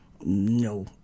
no